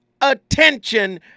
attention